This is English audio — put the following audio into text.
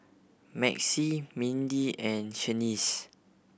Maxie Mindy and Shaniece